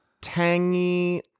Tangy